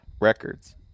records